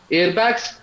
airbags